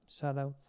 shout-outs